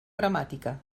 gramàtica